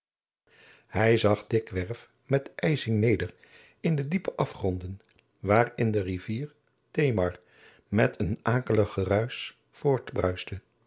hij zag dikwerf met ijzing neder in diepe afgronden waarin de rivier temar met een akelig